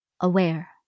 Aware